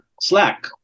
Slack